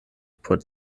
por